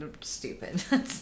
stupid